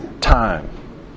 time